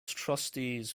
trustees